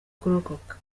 kurokoka